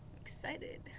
excited